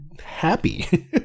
happy